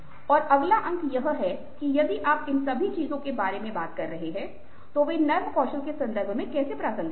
और अगला आंक यह है कि यदि आप इन सभी चीजों के बारे में बात कर रहे हैं तो वे नरम कौशल के संदर्भ में कैसे प्रासंगिक हैं